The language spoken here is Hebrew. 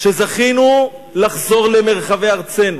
שזכינו לחזור למרחבי ארצנו.